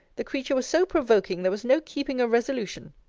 the creature was so provoking, there was no keeping a resolution.